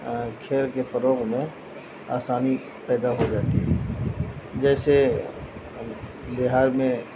کھیل کے فروغ میں آسانی پیدا ہو جاتی ہے جیسے بہار میں